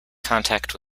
contact